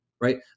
right